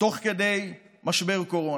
תוך כדי משבר קורונה.